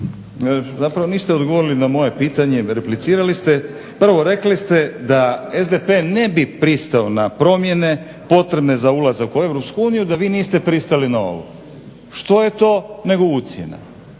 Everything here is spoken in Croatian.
Zapravo niste odgovorili na moje pitanje, replicirali ste. Prvo, rekli ste da SDP ne bi pristao na promjene potrebne za ulazak u EU da vi niste pristali na ovo. Što je to nego ucjena?